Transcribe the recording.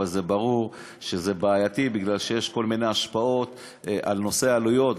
אבל ברור שזה בעייתי מפני שיש כל מיני השפעות על נושא העלויות,